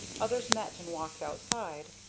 others met and walked outside.